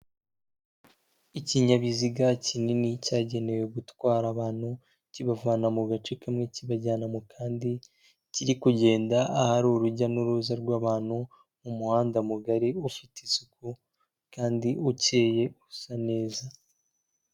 Ikinyabiziga kinini cyagenewe gutwara abantu kibavana mu gace kamwe kibajyana mu kandi, kiri kugenda ahari urujya n'uruza rw'abantu mu muhanda mugari ufite isuku kandi ukeye usa neza.